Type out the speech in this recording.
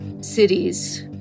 cities